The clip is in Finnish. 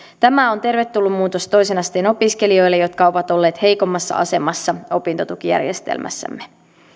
tämä on tervetullut muutos toisen asteen opiskelijoille jotka ovat olleet heikommassa asemassa opintotukijärjestelmässämme